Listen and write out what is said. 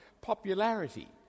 popularity